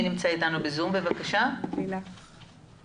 נמצאת אתנו בזום לילך וגנר.